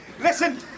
Listen